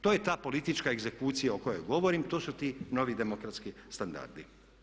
To je ta politička egzekucija o kojoj govorim, to su ti novi demokratski standardi.